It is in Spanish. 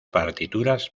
partituras